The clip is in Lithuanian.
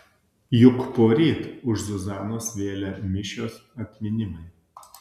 juk poryt už zuzanos vėlę mišios atminimai